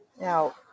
Now